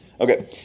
Okay